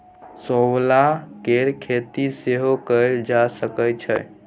शैवाल केर खेती सेहो कएल जा सकै छै